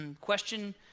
Question